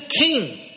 king